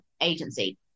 agency